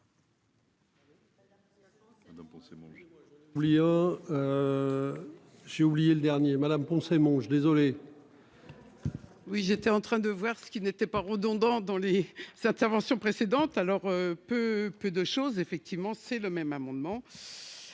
Madame Poncet Monge.